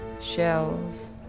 shells